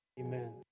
Amen